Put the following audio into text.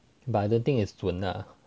but the thing is 准啊